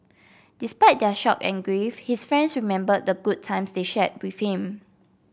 despite their shock and grief his friends remembered the good times they shared with him